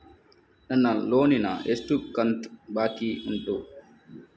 ನನ್ನ ಲೋನಿನ ಎಷ್ಟು ಕಂತು ಬಾಕಿ ಉಂಟು?